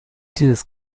dieses